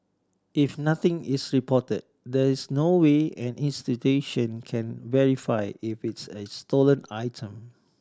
if nothing is reported there is no way an institution can verify if it's is stolen item